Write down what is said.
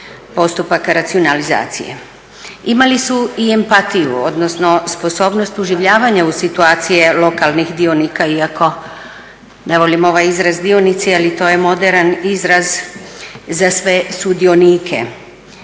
postupaka racionalizacije. Imali su empatiju odnosno sposobnost uživljavanja u situacije lokalnih dionika iako ne volim izraz dionici, ali to je moderan izraz za sve sudionike